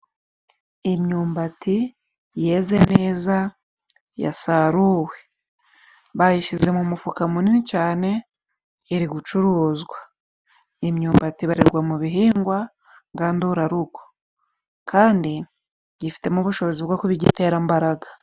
Imyumbati yeze neza yasaruwe bayishyize mu mufuka munini cyane iri gucuruzwa, imyumbati ibarirwa mu bihingwa ngandurarugo kandi yifitemo ubushobozi bwo kuba igitera imbaragaraga.